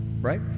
Right